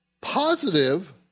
positive